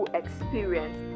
experience